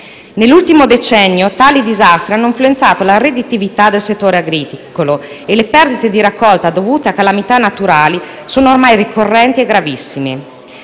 Nell'ultimo decennio tali disastri hanno influenzato la redditività del settore agricolo e le perdite di raccolta dovute a calamità naturali sono ormai ricorrenti e gravissime.